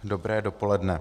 Dobré dopoledne.